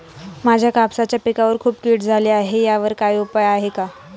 माझ्या कापसाच्या पिकावर खूप कीड झाली आहे यावर काय उपाय आहे का?